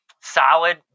solid